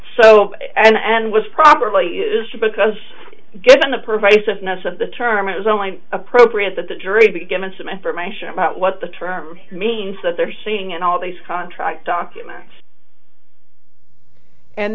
so and was probably used because given the pervasiveness of the term it was only appropriate that the jury be given some information about what the term means that they are seeing in all these contract documents and